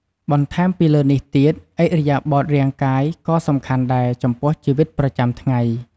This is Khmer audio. បន្ថែមពីលើនេះទៀត ឥរិយាបថរាងកាយក៏សំខាន់ដែរចំពោះជីវិតប្រចាំថ្ងៃ។